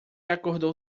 acordou